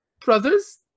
brother's